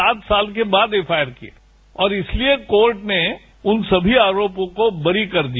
सात साल के बाद एफआईआर किया और इसलिए कोर्ट ने उन सभी आरोपियों को बरी कर दिया